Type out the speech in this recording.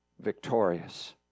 victorious